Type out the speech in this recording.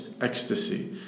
ecstasy